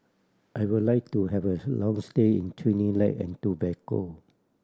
I would like to have a long stay in Trinidad and Tobago